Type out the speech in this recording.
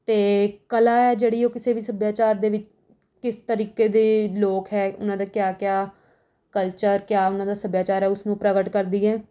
ਅਤੇ ਕਲਾ ਹੈ ਜਿਹੜੀ ਉਹ ਕਿਸੇ ਵੀ ਸੱਭਿਆਚਾਰ ਦੇ ਵਿੱਚ ਕਿਸ ਤਰੀਕੇ ਦੇ ਲੋਕ ਹੈ ਉਨ੍ਹਾਂ ਦਾ ਕਿਆ ਕਿਆ ਕਲਚਰ ਕਿਆ ਉਨ੍ਹਾਂ ਦਾ ਸੱਭਿਆਚਾਰ ਹੈ ਉਸ ਨੂੰ ਪ੍ਰਗਟ ਕਰਦੀ ਹੈ